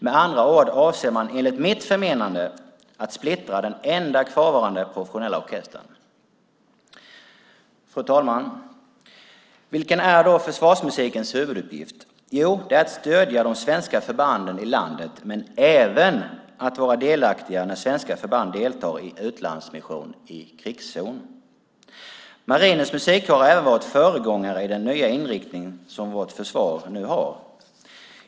Man avser enligt mitt förmenande att splittra den enda kvarvarande professionella orkestern. Fru talman! Vilken är då försvarsmusikens huvuduppgift? Det är att stödja de svenska förbanden i landet men även att vara delaktig när svenska förband deltar i utlandsmission i krigszon. Marinens musikkår har också varit föregångare i den nya inriktning som vårt försvar nu har.